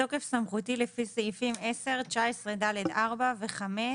בתוקף סמכותי לפי סעיפים 10, 19(ד)(4) ו-(5)